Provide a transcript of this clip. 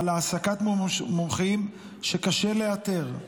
על העסקת מומחים שקשה לאתר.